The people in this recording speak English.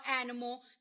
animal